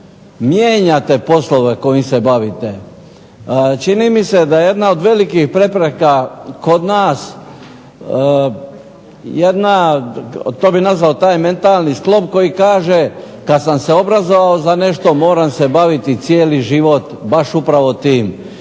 mijenjate poslove kojim se bavite. Čini mi se da jedna od velikih prepreka kod nas, to bi nazvao taj mentalni sklop koji kaže kad sam se obrazovao za nešto moram se baviti cijeli život baš upravo tim,